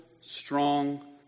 strong